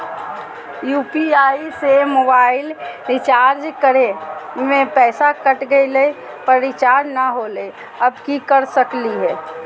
UPI से mobile recharge करे में पैसा कट गेलई, पर रिचार्ज नई होलई, अब की कर सकली हई?